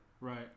Right